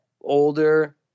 older